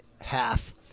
half